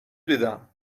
دیدم